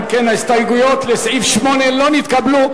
אם כן, ההסתייגות לסעיף 8 לא נתקבלה.